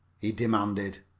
he demanded.